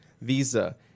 Visa